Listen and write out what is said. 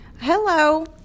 Hello